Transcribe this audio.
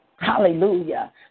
Hallelujah